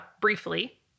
briefly